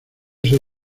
ser